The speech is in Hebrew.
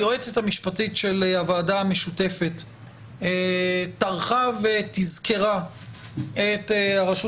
היועצת המשפטית של הוועדה המשותפת טרחה ותזכרה את הרשות